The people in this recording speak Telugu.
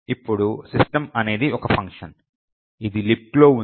ఇప్పుడు system అనేది ఒక ఫంక్షన్ ఇది లిబ్క్లో ఉంది